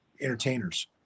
entertainers